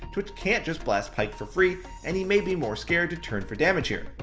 twitch can't just blast pyke for free and he may be more scared to turn for damage here.